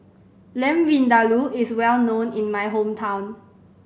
Lamb Vindaloo is well known in my hometown